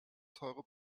teure